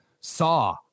saw